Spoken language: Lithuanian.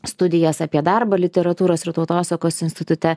studijas apie darbą literatūros ir tautosakos institute